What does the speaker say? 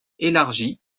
élargie